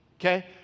okay